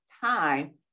time